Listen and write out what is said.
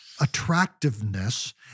attractiveness